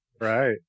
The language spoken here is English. right